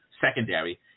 secondary